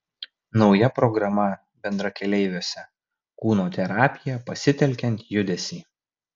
nauja programa bendrakeleiviuose kūno terapija pasitelkiant judesį